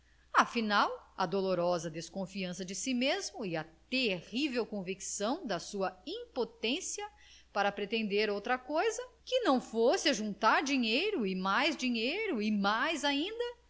afinal a dolorosa desconfiança de si mesmo e a terrível convicção da sua impotência para pretender outra coisa que não fosse ajuntar dinheiro e mais dinheiro e mais ainda